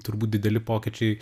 turbūt dideli pokyčiai